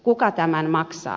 kuka tämän maksaa